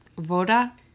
Voda